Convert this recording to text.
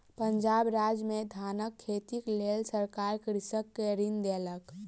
पंजाब राज्य में धानक खेतीक लेल सरकार कृषक के ऋण देलक